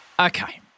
Okay